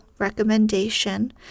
recommendation